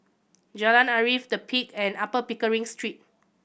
Jalan Arif The Peak and Upper Pickering Street